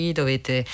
dovete